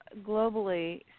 globally